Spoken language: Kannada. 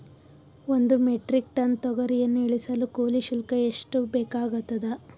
ಒಂದು ಮೆಟ್ರಿಕ್ ಟನ್ ತೊಗರಿಯನ್ನು ಇಳಿಸಲು ಕೂಲಿ ಶುಲ್ಕ ಎಷ್ಟು ಬೇಕಾಗತದಾ?